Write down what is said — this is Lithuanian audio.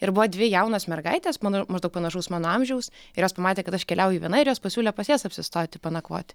ir buvo dvi jaunos mergaitės mano maždaug panašaus mano amžiaus ir jos pamatė kad aš keliauju viena ir jos pasiūlė pas jas apsistoti panakvoti